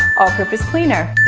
all-purpose cleaner,